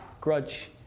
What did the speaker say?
grudge